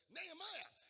Nehemiah